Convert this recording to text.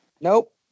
Nope